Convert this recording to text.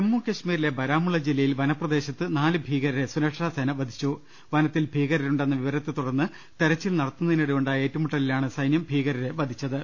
ജമ്മു കശ്മീരിലെ ബാരാമുളള ജില്ലയിൽ വനപ്രദേശത്ത് നാല് ഭീകരരെ സുരക്ഷാസേന വധിച്ചും പ്രനത്തിൽ ഭീകരരുണ്ടെന്ന വിവ രത്തെ തുടർന്ന് തെരച്ചിൽ നട്ടത്തുന്നതിനിടെ ഉണ്ടായ ഏറ്റുമുട്ടലി ലാണ് സൈന്യം ഭീകരരെ വധിച്ചത്